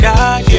God